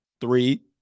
three